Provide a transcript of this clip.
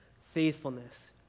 faithfulness